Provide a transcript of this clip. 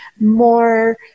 more